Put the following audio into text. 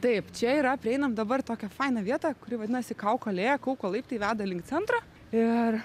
taip čia yra prieinam dabar tokią fainą vietą kuri vadinasi kauko alėja kauko laiptai veda link centro ir